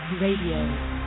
Radio